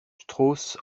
strauss